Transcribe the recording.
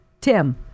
Tim